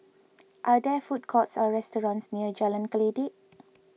are there food courts or restaurants near Jalan Kledek